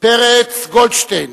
פרץ גולדשטיין,